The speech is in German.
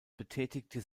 betätigte